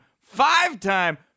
five-time